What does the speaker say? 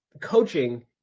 Coaching